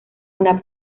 una